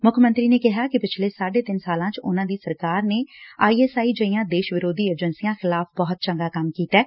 ਮੁੱਖ ਮੰਤਰੀ ਨੇ ਕਿਹਾ ਕਿ ਪਿਛਲੇ ਸਾਢੇ ਤਿੰਨ ਸਾਲਾਂ ਚ ਉਨੂਾਂ ਦੀ ਸਰਕਾਰ ਨੇ ਆਈ ਐਸ ਆਈ ਜਿਹੀਆਂ ਦੇਸ਼ ਵਿਰੋਧੀ ਏਜੰਸੀਆਂ ਖਿਲਾਫ਼ ਬਹੁਤ ਚੰਗਾ ਕੰਮ ਕੀਤੈ